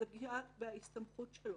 זו פגיעה בהסתמכות שלו.